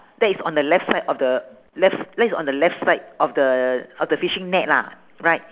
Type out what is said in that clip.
that is on the left side of the left that is on the left side of the of the fishing net lah right